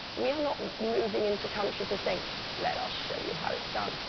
we are not moving into countries and saying let us show you how it's done.